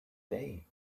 day